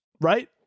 right